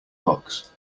blocks